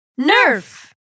Nerf